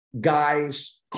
guys –